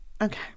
okay